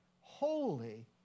holy